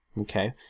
Okay